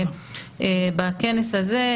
ובכנס הזה,